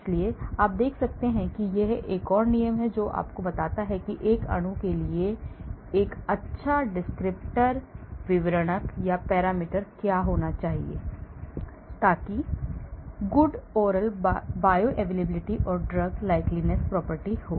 इसलिए आप देखते हैं कि यह एक और नियम है जो आपको बताता है कि एक अणु के लिए एक अच्छा विवरणक या पैरामीटर क्या होना चाहिए ताकि good oral bioavailability और drug likeness property हो